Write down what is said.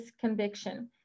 conviction